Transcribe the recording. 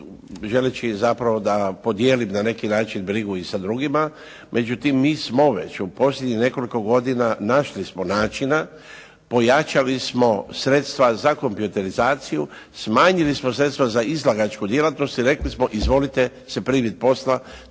želeći zapravo da podijelim na neki način brigu i sa drugima, međutim, mi smo već u posljednjih nekoliko godina našli smo načina, pojačali smo sredstva za kompjuterizaciju, smanjili smo sredstva za izlagačku djelatnost i rekli smo izvolite se primiti posla